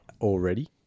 already